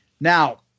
Now